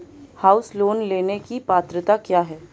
House loan लेने की पात्रता क्या है?